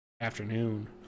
afternoon